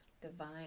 divine